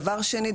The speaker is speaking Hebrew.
דבר שני,